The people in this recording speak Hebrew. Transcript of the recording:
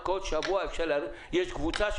לכך שיש הפרה של הסכמי השמיים הפתוחים,